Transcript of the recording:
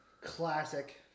classic